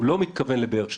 הוא לא מתכוון לבאר שבע.